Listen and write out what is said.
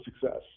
success